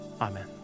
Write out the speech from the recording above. Amen